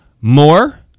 more